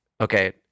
okay